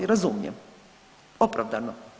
Razumijem, opravdano.